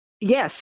Yes